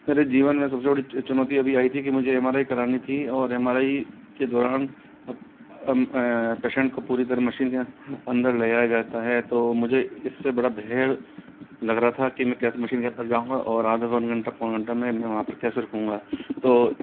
मेरे जीवन में सब से बड़ी चुनौती अभी आयी थी कि मुझे एम आर आई करानी थी और एम आर आई के दौरान पेशेंट को पूरी तरह मशीन के अंदर ले जाया जाता है तो मुझे इस से बड़ा भय लग रहा था कि मैं कैसे मशीन के अंदर जाऊँगा और आधे पौन घंटा पौने घंटा में वहाँ पे कैसे रुकूँगा तो